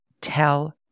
tell